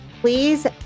please